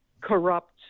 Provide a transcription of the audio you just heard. corrupt